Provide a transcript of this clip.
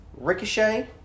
Ricochet